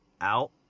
out